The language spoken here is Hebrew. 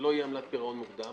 שלא תהיה עמלת פירעון מוקדם.